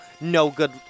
No-good